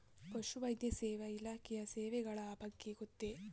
ಪಶುವೈದ್ಯ ಸೇವಾ ಇಲಾಖೆಯ ಸೇವೆಗಳ ಬಗ್ಗೆ ಗೊತ್ತೇ?